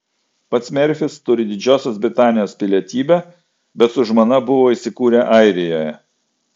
pats merfis turi didžiosios britanijos pilietybę bet su žmona buvo įsikūrę airijoje